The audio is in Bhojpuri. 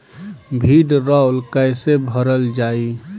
भीडरौल कैसे भरल जाइ?